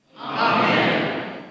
Amen